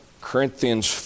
Corinthians